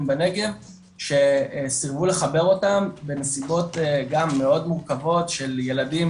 בנגב שסירבו לחבר אותם בנסיבות גם מאוד מורכבות של ילדים